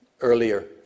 earlier